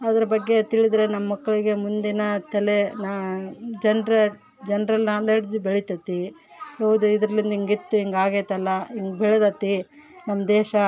other ಬಗ್ಗೆ ತಿಳಿದರೆ ನಮ್ಮ ಮಕ್ಕಳಿಗೆ ಮುಂದಿನ ತಲೆ ಜನರಲ್ ಜನರಲ್ ನಾಲೆಜ್ ಬೆಳಿತದೆ ಅದು ಇದರಿಂದ ಹಿಂಗಿತ್ತು ಹಿಂಗೆ ಆಗೆತಲ್ಲ ಹಿಂಗ್ ಬೆಳದತಿ ನಮ್ಮ ದೇಶ